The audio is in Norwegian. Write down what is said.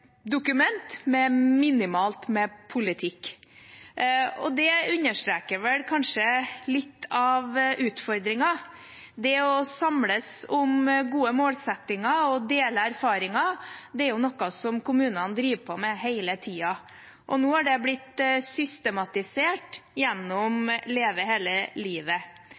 dokument med minimalt med politikk. Og det understreker kanskje litt av utfordringen. Det å samles om gode målsettinger og dele erfaringer er noe som kommunene driver på med hele tiden, og nå har det blitt systematisert gjennom Leve hele livet.